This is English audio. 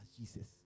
Jesus